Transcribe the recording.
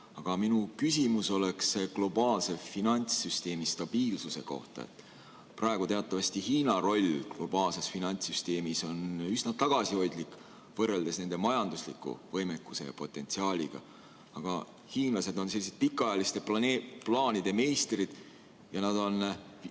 Minu küsimus on globaalse finantssüsteemi stabiilsuse kohta. Praegu teatavasti Hiina roll globaalses finantssüsteemis on üsna tagasihoidlik võrreldes nende majandusliku võimekuse ja potentsiaaliga. Aga hiinlased on sellised pikaajaliste plaanide meistrid ja nad on